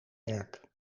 werk